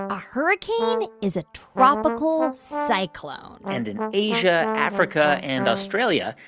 a hurricane is a tropical cyclone and in asia, africa and australia,